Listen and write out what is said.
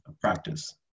practice